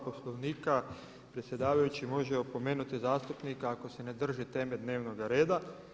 Poslovnika predsjedavajući može opomenuti zastupnika ako se ne drži teme dnevnoga reda.